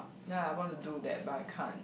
then I want to do that but I can't